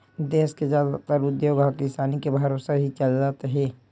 देस के जादातर उद्योग ह किसानी के भरोसा ही चलत हे